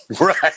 Right